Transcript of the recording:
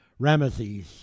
Ramesses